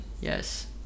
yes